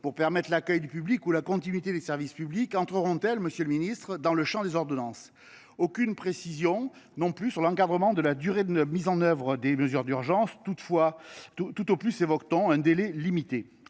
destinées à accueillir du public ou à garantir la continuité des services publics entreront elles, monsieur le ministre, dans le champ des ordonnances ? Aucune précision n’est donnée non plus sur l’encadrement de la durée de mise en œuvre des mesures d’urgence. Tout au plus évoque t on « un délai limité